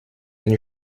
ein